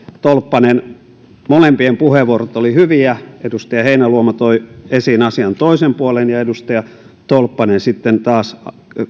tolppanen molempien puheenvuorot olivat hyviä edustaja heinäluoma toi esiin asian toisen puolen ja edustaja tolppanen taas